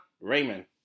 Raymond